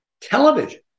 television